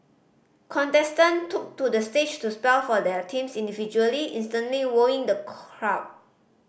contestant took to the stage to spell for their teams individually instantly wowing the crowd